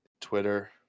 Twitter